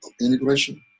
integration